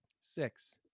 Six